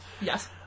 Yes